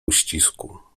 uścisku